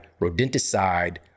rodenticide